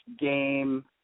game